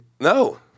No